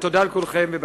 תודה לכולכם ובהצלחה.